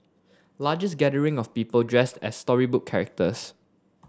largest gathering of people dressed as storybook characters